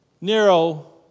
Nero